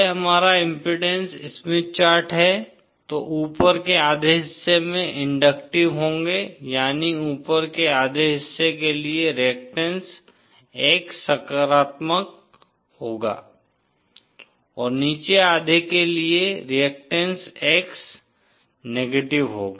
यह हमारा impedance Smith chart है तो ऊपर के आधे हिस्से में इंडक्टिव होंगे यानी ऊपर के आधे हिस्से के लिए रिअक्टैंस X सकारात्मक होगा और नीचे आधे के लिए रिअक्टैंस X नेगेटिव होगा